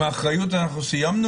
עם האחריות אנחנו סיימנו?